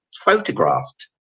photographed